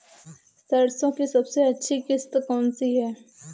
सरसो की सबसे अच्छी किश्त कौन सी है?